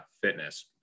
fitness